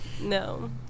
no